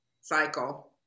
cycle